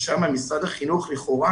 שם משרד החינוך לכאורה,